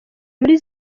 muri